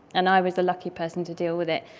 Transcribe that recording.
and i was the lucky person to deal with it.